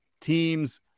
teams